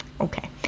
Okay